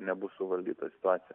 nebus suvaldyta situacija